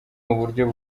uburyo